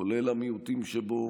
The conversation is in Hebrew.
כולל המיעוטים שבו